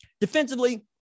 Defensively